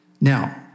Now